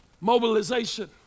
Mobilization